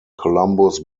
columbus